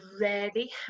rarely